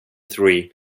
three